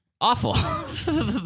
Awful